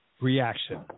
reaction